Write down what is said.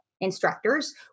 instructors